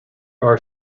are